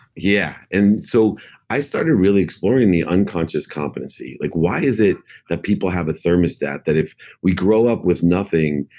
yeah. and so i started really exploring the unconscious competency. like why is it that people have a thermostat that if we grow up with nothing,